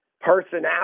personality